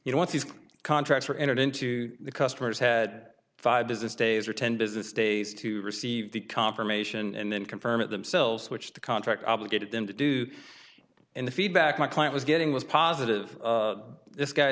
you know what these contracts were entered into the customers had five business days or ten business days to receive the confirmation and then confirm it themselves which the contract obligated them to do and the feedback my client was getting was positive this guy